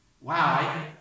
Wow